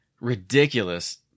ridiculous